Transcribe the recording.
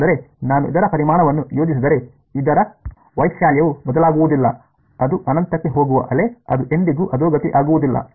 ಆದರೆ ನಾನು ಇದರ ಪರಿಮಾಣವನ್ನು ಯೋಜಿಸಿದರೆ ಇದರ ವೈಶಾಲ್ಯವು ಬದಲಾಗುವುದಿಲ್ಲ ಅದು ಅನಂತಕ್ಕೆ ಹೋಗುವ ಅಲೆ ಅದು ಎಂದಿಗೂ ಅಧೋಗತಿ ಆಗುದಿಲ್ಲ